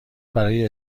برای